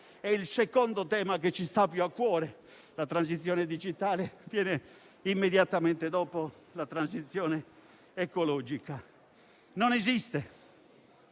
è il secondo tema che ci sta più a cuore: la transizione digitale viene immediatamente dopo la transizione ecologica. Non esiste